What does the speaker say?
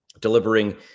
delivering